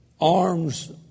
arms